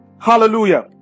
Hallelujah